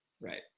Right